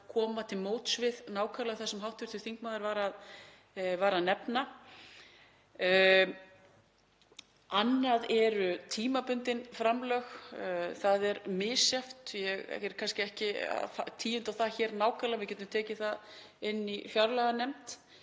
koma til móts við nákvæmlega það sem hv. þingmaður var að nefna. Annað eru tímabundin framlög. Það er misjafnt, ég fer kannski ekki að tíunda það hér nákvæmlega, við getum tekið það inni í fjárlaganefnd.